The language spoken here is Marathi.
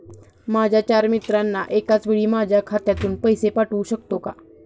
माझ्या चार मित्रांना एकाचवेळी माझ्या खात्यातून पैसे पाठवू शकतो का?